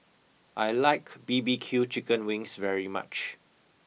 I like B B Q Chicken Wings very much